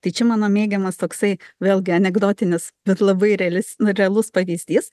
tai čia mano mėgiamas toksai vėlgi anekdotinis bet labai realis nu realus pavyzdys